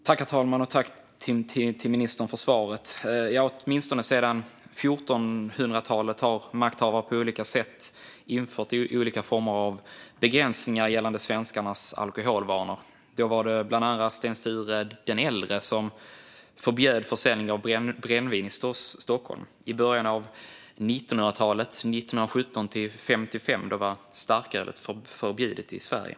Herr talman! Tack, ministern, för svaret! Åtminstone sedan 1400-talet har makthavare på olika sätt infört olika begränsningar gällande svenskarnas alkoholvanor. Då förbjöd bland andra Sten Sture den äldre försäljning av brännvin i Stockholm. År 1917-1955 var starkölet förbjudet i Sverige.